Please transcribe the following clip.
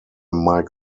mike